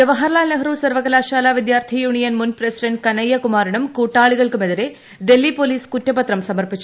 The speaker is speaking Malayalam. ജവഹർലാൽ നെഹ്റു സർവകലാശാല വിദ്യാർത്ഥി യൂണിയൻ മുൻ പ്രസിഡന്റ് കനയ്യക്ടുമാറിനും കൂട്ടാളികൾക്കുമെതിരെ ഡൽഹി പ്പോഴലീസ് കുറ്റപത്രം സമർപ്പിച്ചു